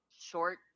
short